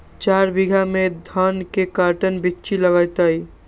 चार बीघा में धन के कर्टन बिच्ची लगतै?